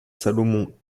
salomon